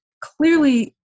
clearly